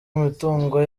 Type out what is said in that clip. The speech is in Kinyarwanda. imitungo